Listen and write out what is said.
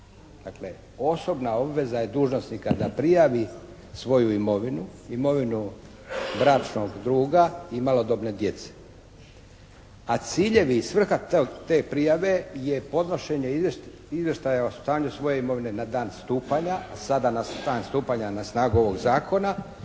Dakle, osobna obveza je dužnosnika da prijavi svoju imovinu, imovinu bračnog druga i malodobne djece. A ciljevi i svrha te prijave je podnošenje izvještaja o stanju svoje imovine na dan stupanja, a sada na dan stupanja na snagu ovog zakona